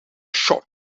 short